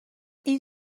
این